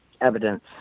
evidence